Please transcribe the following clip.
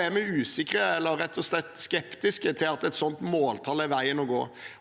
er vi usikre på om, eller rett og slett skeptiske til at, et sånt måltall er veien å gå.